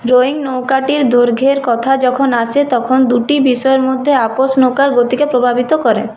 rowing নৌকাটির দৈর্ঘ্যের কথা যখন আসে তখন দুটি বিষয়ের মধ্যে আপস নৌকার গতিকে প্রভাবিত করে